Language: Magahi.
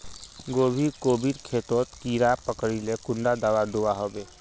गोभी गोभिर खेतोत कीड़ा पकरिले कुंडा दाबा दुआहोबे?